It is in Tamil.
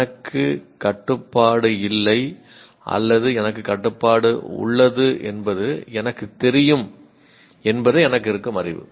எனக்கு கட்டுப்பாடு இல்லை அல்லது எனக்கு கட்டுப்பாடு உள்ளது என்பது எனக்குத் தெரியும் என்பதே எனக்கு இருக்கும் அறிவு